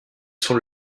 sont